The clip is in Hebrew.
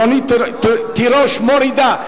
רונית תירוש מורידה.